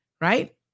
right